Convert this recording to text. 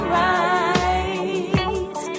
right